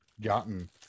gotten